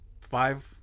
five